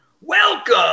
Welcome